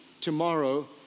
tomorrow